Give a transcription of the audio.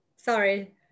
Sorry